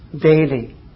daily